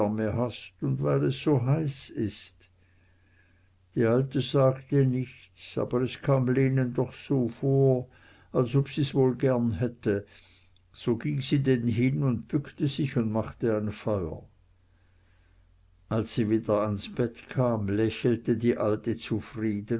hast und weil es so heiß ist die alte sagte nichts aber es kam lenen doch so vor als ob sie's wohl gern hätte so ging sie denn hin und bückte sich und machte ein feuer als sie wieder ans bett kam lächelte die alte zufrieden